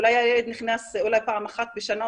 אולי הילד נכנס פעם אחת בשנה,